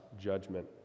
judgment